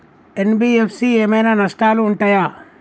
NBFC ఏమైనా నష్టాలు ఉంటయా?